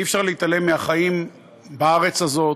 אי-אפשר להתעלם מהחיים בארץ הזאת,